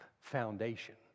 foundation